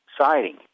siding